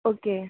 okay